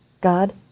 God